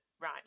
right